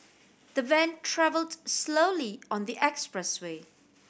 the van travelled slowly on the expressway